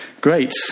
Great